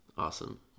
Awesome